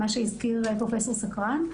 מה שהזכיר פרופ' סקרן.